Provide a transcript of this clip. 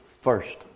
first